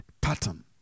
pattern